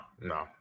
no